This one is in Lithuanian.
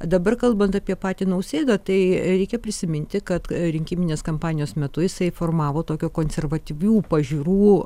dabar kalbant apie patį nausėdą tai reikia prisiminti kad rinkiminės kampanijos metu jisai formavo tokio konservatyvių pažiūrų